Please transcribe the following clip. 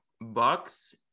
Bucks